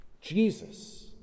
Jesus